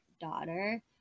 daughter